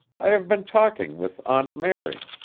i have been talking with aunt mary.